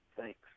Thanks